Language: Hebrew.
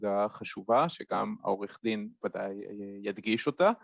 ‫זו עבודה חשובה שגם ‫העורך דין בוודאי ידגיש אותה.